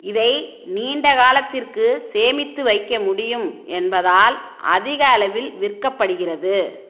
இதை நீண்ட காலத்திற்கு சேமித்து வைக்க முடியும் என்பதால் அதிக அளவில் விற்கப்படுகிறது